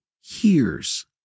hears